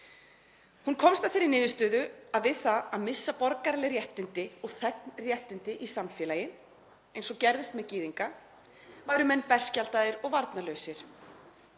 Hún komst að þeirri niðurstöðu að við það að missa borgaraleg réttindi og þegnréttindi í samfélagi, eins og gerðist með gyðinga, væru menn berskjaldaðir og varnarlausir.